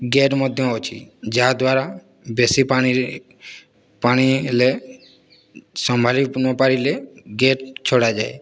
gate ମଧ୍ୟ ଅଛି ଯାହା ଦ୍ୱାରା ବେଶି ପାଣିରେ ପାଣି ହେଲେ ସମ୍ଭାଳିନପାରିଲେ ଗେଟ୍ ଛଡ଼ାଯାଏ